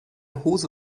hose